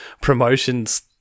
promotions